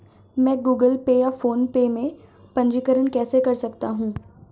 मैं Google Pay या PhonePe में पंजीकरण कैसे कर सकता हूँ?